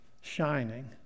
shining